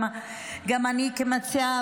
גם אני כמציעה,